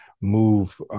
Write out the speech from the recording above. move